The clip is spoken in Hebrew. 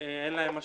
אין להם אשראי,